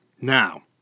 Now